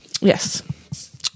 yes